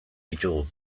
ditugu